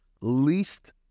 least